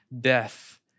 Death